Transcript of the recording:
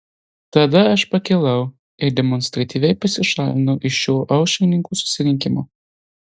tada aš pakilau ir demonstratyviai pasišalinau iš šio aušrininkų susirinkimo